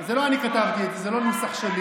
זה לא אני כתבתי, זה לא נוסח שלי,